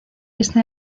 este